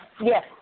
Yes